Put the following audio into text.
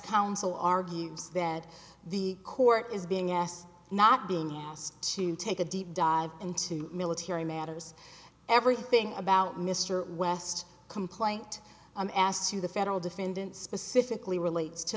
counsel argues that the court is being asked not being asked to take a deep dive into military matters everything about mr west complaint i'm asked to the federal defendant specifically